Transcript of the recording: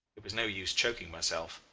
it was no use choking myself.